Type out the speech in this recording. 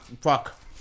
Fuck